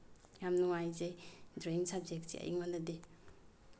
ꯌꯥꯝ ꯅꯨꯡꯉꯥꯏꯖꯩ ꯗ꯭ꯔꯣꯋꯤꯡ ꯁꯕꯖꯦꯛꯁꯦ ꯑꯩꯉꯣꯟꯗꯗꯤ